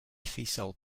fiesole